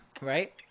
right